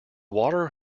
water